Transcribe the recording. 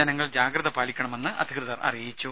ജനങ്ങൾ ജാഗ്രത പാലിക്കണമെന്ന് അധികൃതർ അറിയിച്ചു